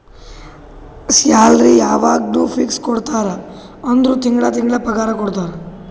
salary ಯವಾಗ್ನೂ fix ಕೊಡ್ತಾರ ಅಂದುರ್ ತಿಂಗಳಾ ತಿಂಗಳಾ ಪಗಾರ ಕೊಡ್ತಾರ